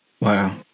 Wow